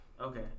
Okay